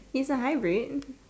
is a hybrid